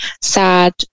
sad